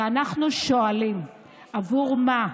ואנחנו שואלים: עבור מה?